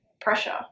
pressure